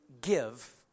give